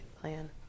plan